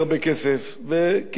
וכמו בכל קהילה,